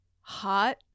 hot